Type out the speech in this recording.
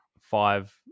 five